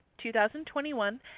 2021